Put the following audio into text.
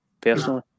personally